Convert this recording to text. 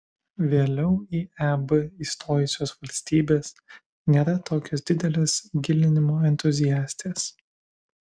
vėliau į eb įstojusios valstybės nėra tokios didelės gilinimo entuziastės